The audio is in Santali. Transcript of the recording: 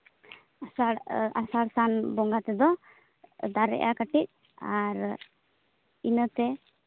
ᱟᱥᱟᱲ ᱟᱥᱲᱟ ᱥᱟᱱ ᱵᱚᱸᱜᱟ ᱛᱮᱫᱚ ᱫᱟᱨᱮᱜᱼᱟ ᱠᱟᱹᱴᱤᱡ ᱟᱨ ᱤᱱᱟᱹᱛᱮ